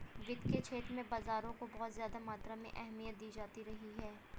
वित्त के क्षेत्र में बाजारों को बहुत ज्यादा मात्रा में अहमियत दी जाती रही है